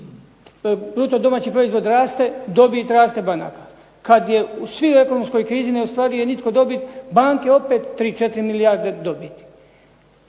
bruto domaći proizvod raste dobit raste banaka. Kad je svi u ekonomskoj krizi ne ostvaruje nitko dobit banke opet 3, 4 milijarde dobiti.